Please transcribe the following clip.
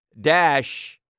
dash